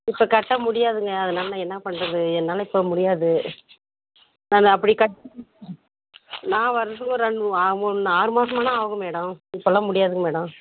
இப்போ கட்ட முடியாதுங்க அதனால் நான் என்ன பண்ணுறது என்னால் இப்போ முடியாது நான் அப்படிக்கட் நான் வந்து ஒரு ரெண்டு மூ ஆ மூணு ஆறுமாதம்னா ஆகும் மேடம் இப்போ எல்லாம் முடியாதுங்க மேடம்